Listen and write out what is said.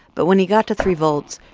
but when he got to three volts,